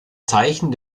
zeichen